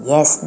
Yes